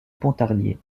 pontarlier